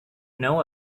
know